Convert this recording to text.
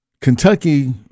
Kentucky